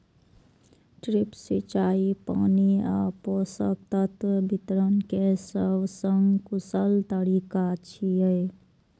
drip सिंचाई पानि आ पोषक तत्व वितरण के सबसं कुशल तरीका छियै